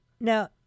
Now